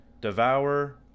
Devour